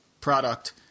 product